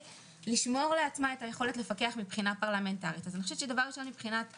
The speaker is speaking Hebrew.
לשמור לעצמה את היכולת הפרלמנטרית לפקח על כך.